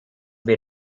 wir